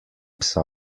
psa